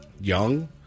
young